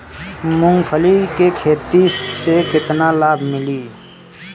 मूँगफली के खेती से केतना लाभ मिली?